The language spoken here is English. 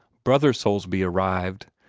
brother soulsby arrived,